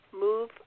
move